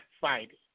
fighting